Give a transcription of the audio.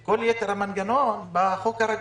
וכל יתר המנגנון בחוק הרגיל.